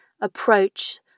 approach